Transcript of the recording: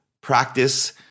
practice